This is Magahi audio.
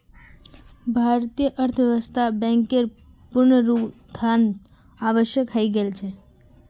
भारतीय अर्थव्यवस्थात बैंकेर पुनरुत्थान आवश्यक हइ गेल छ